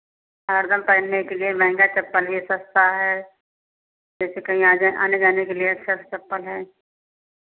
हरदम पहनने के लिए महँगा चप्पल ये सस्ता है जैसे कहीं आ जा आने जाने के लिए अच्छा सा चप्पल है